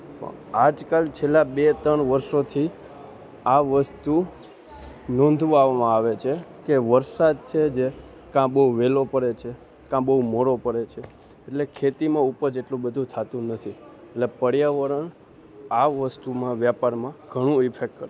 પણ આજકાલ છેલ્લા બે ત્રણ વર્ષોથી આ વસ્તુ નોંધવામાં આવે છે કે વરસાદ છે જે કા બહુ વહેલો પડે છે કા બહુ મોડો પડે છે એટલે ખેતીમાં ઉપજ એટલું બધું થાતું નથી એટલે પર્યાવરણ આ વસ્તુમાં વ્યાપારમાં ઘણું ઈફેક્ટ